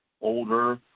older